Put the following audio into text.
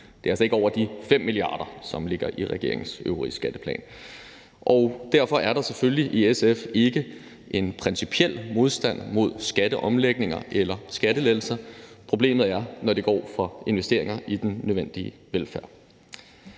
Det er altså ikke over de 5 mia. kr., som ligger i regeringens øvrige skatteplan. Derfor er der selvfølgelig i SF ikke en principiel modstand mod skatteomlægninger eller skattelettelser. Problemet er, når det går fra investeringer i den nødvendige velfærd.